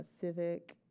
civic